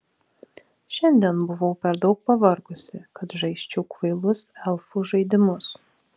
šiandien buvau per daug pavargusi kad žaisčiau kvailus elfų žaidimus